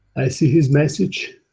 i see his message.